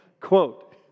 quote